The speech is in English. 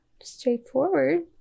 straightforward